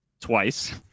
twice